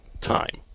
time